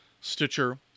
Stitcher